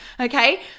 okay